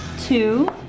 Two